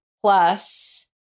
plus